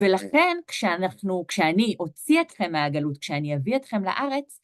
ולכן כשאנחנו כשאני אוציא אתכם מהגלות, כשאני אביא אתכם לארץ...